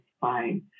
fine